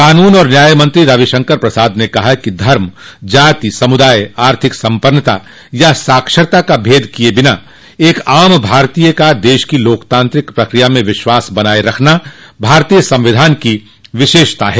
कानून और न्याय मंत्री रविशंकर प्रसाद ने कहा कि धर्म जाति समुदाय आर्थिक सम्पन्नता या साक्षरता का भेद किए बिना एक आम भारतीय का देश की लोकतांत्रिक प्रक्रिया में विश्वास बनाए रखना भारतीय संविधान की विशेषता है